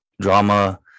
drama